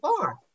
far